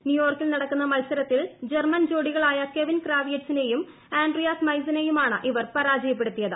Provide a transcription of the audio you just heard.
ന്യൂയോർക്കിൽ നടക്കുന്ന മത്സരത്തിൽ ജർമ്മൻ ജ്ോഡികളായ കെവിൻ ക്രാവിയറ്റ്സിനെയും ആൻഡ്രിയാസ് മൈസിനെയുമാണ് ഇവർ പരാജയപ്പെടുത്തിയത്